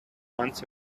once